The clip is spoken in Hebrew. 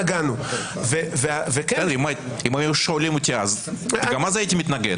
אם היו שואלים אותי אז, גם אז הייתי מתנגד.